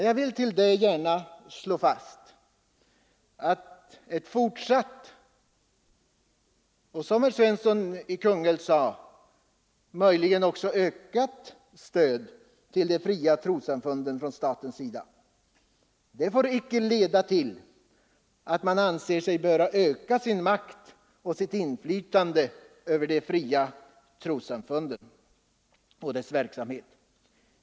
Jag vill med detta gärna slå fast att ett fortsatt och — som herr Svensson också sade — möjligen även ökat stöd till de fria trossamfunden från statens sida får dock inte leda till att man anser sig böra öka sin makt och sitt inflytande över de fria trossamfundens verksamhet.